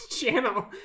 channel